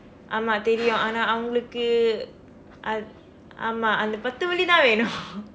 ஆமாம் தெரியும் ஆனா அவங்களுக்கு அது ஆமாம் அந்த பத்து வெள்ளி தான் வேணும்:aamaam theriyum aanaa avangkalukku athu aamaam andtha paththu velli thaan veenum